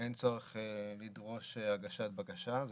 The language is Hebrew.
אין צורך לדרוש הגשת בקשה.